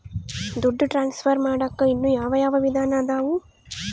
ದುಡ್ಡು ಟ್ರಾನ್ಸ್ಫರ್ ಮಾಡಾಕ ಇನ್ನೂ ಯಾವ ಯಾವ ವಿಧಾನ ಅದವು?